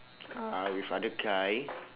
ah with other guy